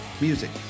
music